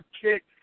kick